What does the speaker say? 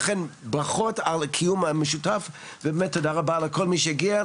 לכן ברכות על הקיום המשותף ובאמת תודה רבה לכל מי שהגיע,